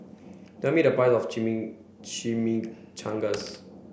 tell me the price of Chimichangas